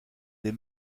des